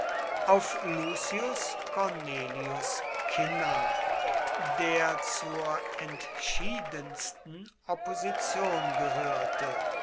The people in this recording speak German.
auf lucius cornelius cinna der zur entschiedensten opposition gehörte